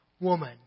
woman